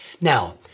Now